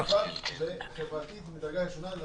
הצעת חוק חברתית ממדרגה ראשונה.